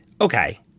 okay